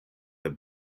the